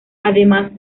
además